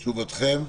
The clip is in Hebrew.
תגובתכם?